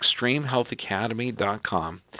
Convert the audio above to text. ExtremeHealthAcademy.com